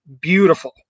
beautiful